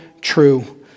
true